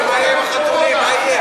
נתקבל.